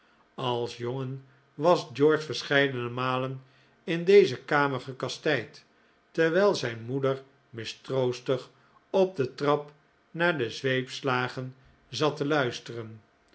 als jongen was george verscheidene malen in deze kamer gekastijd terwijl zijn moeder mistroostig op de trap naar de zweepslagen zat te luisteren